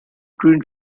green